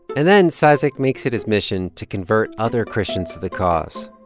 and then cizik makes it his mission to convert other christians to the cause.